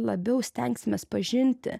labiau stengsimės pažinti